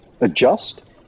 adjust